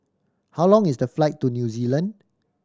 how long is the flight to New Zealand